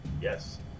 Yes